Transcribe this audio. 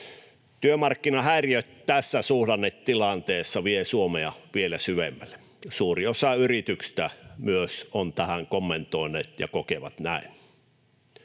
Työmarkkinahäiriöt tässä suhdannetilanteessa vievät Suomea vielä syvemmälle. Suuri osa yrityksistä on tähän myös kommentoinut ja kokenut näin.